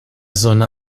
sonne